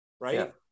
Right